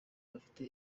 bafite